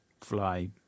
fly